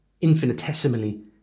infinitesimally